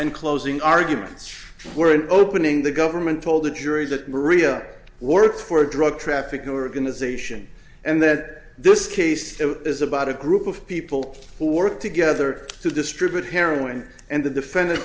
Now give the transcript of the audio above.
and closing arguments were an opening the government told the jury that maria worked for a drug trafficking organization and that this case is about a group of people who work together to distribute heroin and the defendant